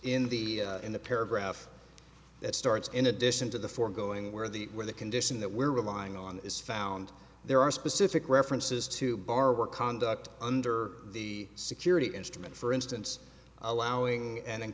in the in the paragraph that starts in addition to the foregoing where the where the condition that we're relying on is found there are specific references to bar work conduct under the security instrument for instance allowing an in